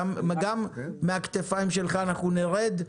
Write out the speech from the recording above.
גם מהכתפיים שלך אנחנו נרד.